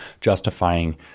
justifying